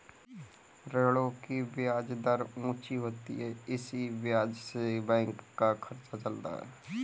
ऋणों की ब्याज दर ऊंची होती है इसी ब्याज से बैंक का खर्चा चलता है